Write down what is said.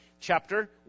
chapter